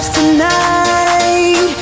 Tonight